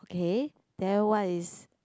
okay then what is